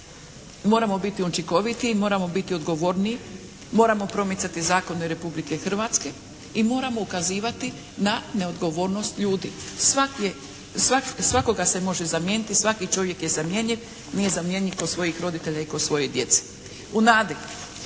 Moramo biti učinkoviti, moramo biti odgovorniji, moramo promicati zakone Republike Hrvatske i moramo ukazivati na neodgovornost ljudi. Svakoga se može zamijeniti, svaki čovjek je zamjenjiv. Nije zamjenjiv kod svojih roditelja i kod svoje djece.